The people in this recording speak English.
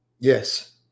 Yes